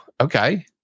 Okay